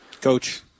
Coach